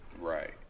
Right